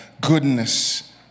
goodness